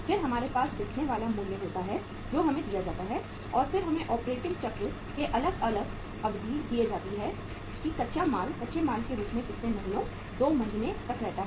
फिर हमारे पास बिकने वाला मूल्य होता है जो हमें दिया जाता है और फिर हमें ऑपरेटिंग चक्र के अलग अलग अवधि दिए जाते हैं कि कच्चा माल कच्चे माल के रूप में कितने महीनों 2 महीने तक रहता है